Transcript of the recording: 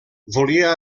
volia